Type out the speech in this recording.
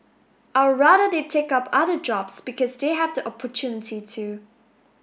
I'd rather they take up other jobs because they have the opportunity to